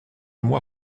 moi